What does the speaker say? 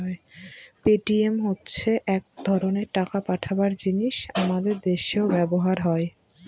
Paytm হচ্ছে এক ধরনের টাকা পাঠাবার জিনিস আমাদের দেশেও ব্যবহার হয়